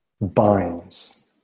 binds